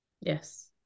Yes